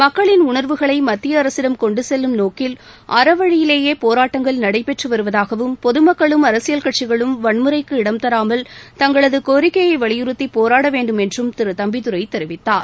மக்களின் உணர்வுகளை மத்திய அரசிடம் கொண்டு செல்லும் நோக்கில் அறவழியிலேயே போராட்டங்கள் நடைபெற்று வருவதாகவும் பொது மக்களும் அரசியல் கட்சிகளும் வன்முறைக்கு இடம் தராமல் தங்களது கோரிக்கையை வலியுறுத்தி போராட வேண்டும் என்றும் திரு தம்பிதுரை தெரிவித்தார்